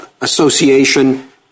association